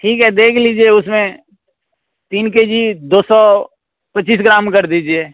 ठीक है देख लीजिए उस में तीन के जी दो सौ पचीस ग्राम कर दीजिए